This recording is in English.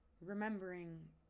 remembering